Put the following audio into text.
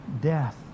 death